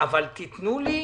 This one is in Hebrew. אבל תנו לי,